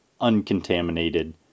uncontaminated